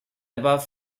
above